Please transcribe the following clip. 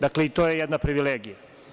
Dakle, i to je jedna privilegija.